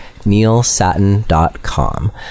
neilsatin.com